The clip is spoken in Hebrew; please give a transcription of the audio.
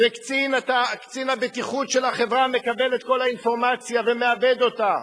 וקצין הבטיחות של החברה מקבל את כל האינפורמציה ומעבד אותה.